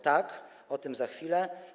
Tak, o tym za chwilę.